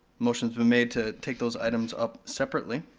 motion's been made to take those items up separately.